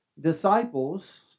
disciples